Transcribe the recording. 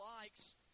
likes